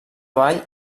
vall